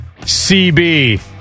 CB